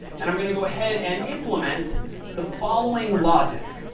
and i'm going to go ahead and implement the following logic.